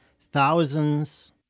thousands